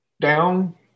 down